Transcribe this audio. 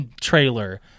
trailer